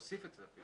להוסיף את זה.